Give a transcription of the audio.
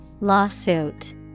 Lawsuit